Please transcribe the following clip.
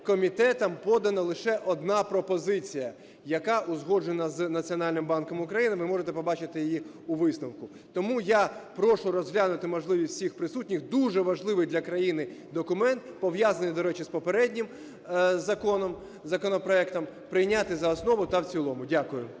комітетом подана лише одна пропозиція, яка узгоджена з Національним банком України, ви можете побачити її у висновку. Тому я прошу розглянути можливість всіх присутніх дуже важливий для країни документ, пов'язаний, до речі, з попереднім законом, законопроектом, прийняти за основу та в цілому. Дякую.